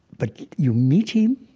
but you meet him